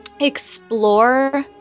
explore